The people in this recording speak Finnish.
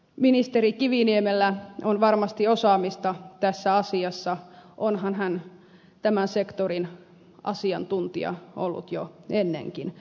ministeri kiviniemellä on varmasti osaamista tässä asiassa onhan hän tämän sektorin asiantuntija ollut jo ennenkin